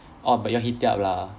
orh but you all heat it up lah